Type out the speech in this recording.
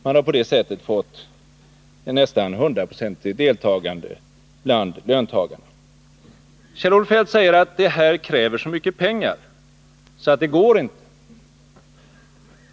Därigenom har deltagandet bland löntagarna blivit nästan hundraprocentigt. Kjell-Olof Feldt säger att det krävs så mycket pengar att det inte går.